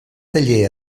taller